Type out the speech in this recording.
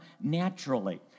naturally